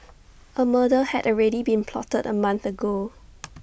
A murder had already been plotted A month ago